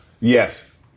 Yes